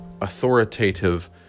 authoritative